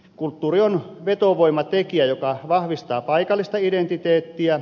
kulttuuri on vetovoimatekijä joka vahvistaa paikallista identiteettiä